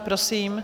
Prosím.